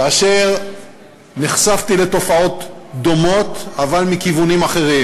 כאשר נחשפתי לתופעות דומות אבל מכיוונים אחרים,